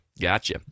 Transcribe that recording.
Gotcha